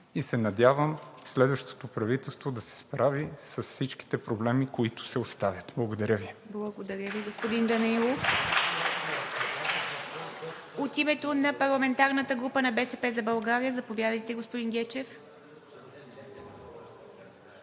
и се надявам следващото правителство да се справи с всичките проблеми, които се оставят. Благодаря Ви. ПРЕДСЕДАТЕЛ ИВА МИТЕВА: Благодаря Ви, господин Данаилов. От името на парламентарната група на „БСП за България“ – заповядайте, господин Гечев.